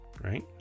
Right